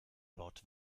dort